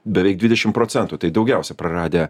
beveik dvidešim procentų tai daugiausia praradę